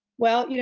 well, you know